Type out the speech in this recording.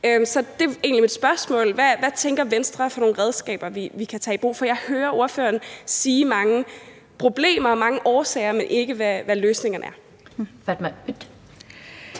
Så det er egentlig mit spørgsmål: Hvad tænker Venstre er nogle redskaber, vi kan tage i brug? For jeg hører ordføreren omtale mange problemer, mange årsager, men ikke hvad løsningerne er. Kl.